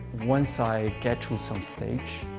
once i get through some stage,